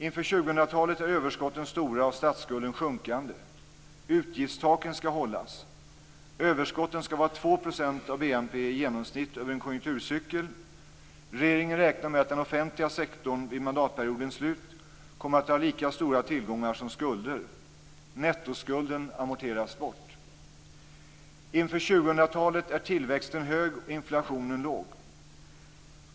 Inför 2000 talet är överskotten stora och statsskulden sjunkande. av BNP i genomsnitt över en konjunkturcykel. Regeringen räknar med att den offentliga sektorn vid mandatperiodens slut kommer att ha lika stora tillgångar som skulder. Nettoskulden amorteras bort. Inför 2000-talet är tillväxten hög och inflationen låg.